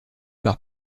par